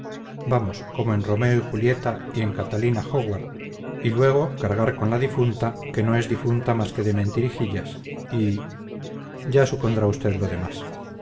vamos como en romeo y julieta y en catalina howard y luego cargar con la difunta que no es difunta más que de mentirijillas y ya supondrá usted lo demás